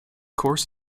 course